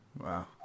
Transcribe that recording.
Wow